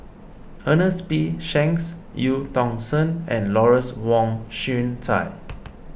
Ernest P Shanks Eu Tong Sen and Lawrence Wong Shyun Tsai